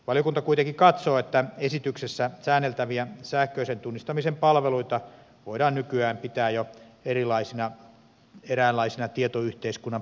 valiokunta kuitenkin katsoo että esityksessä säänneltäviä sähköisen tunnistamisen palveluita voidaan nykyään pitää jo eräänlaisina tietoyhteiskunnan peruspalveluina